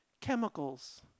chemicals